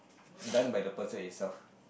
done by the person itself ya